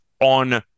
on